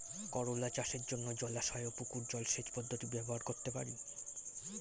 করোলা চাষের জন্য জলাশয় ও পুকুর জলসেচ পদ্ধতি ব্যবহার করতে পারি?